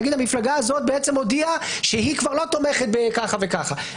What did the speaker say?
להגיד שהמפלגה הזאת הודיעה שהיא כבר לא תומכת בכך וכך.